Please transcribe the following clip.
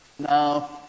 Now